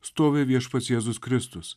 stovi viešpats jėzus kristus